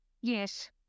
Yes